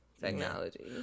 technology